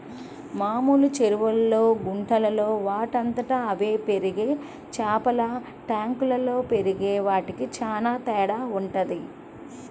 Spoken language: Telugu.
మామూలు చెరువుల్లో, గుంటల్లో వాటంతట అవే పెరిగే చేపలకి ట్యాంకుల్లో పెరిగే వాటికి చానా తేడా వుంటది